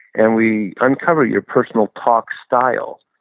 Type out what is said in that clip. and we uncover your personal talk style,